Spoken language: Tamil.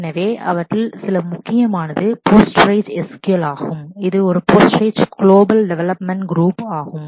எனவே அவற்றில் மிக முக்கியமானது போஸ்டரேஜ் ஆகும் இது ஒரு போஸ்டரேஜ் குளோபல் டெவெலப்மென்ட் குரூப் உடையது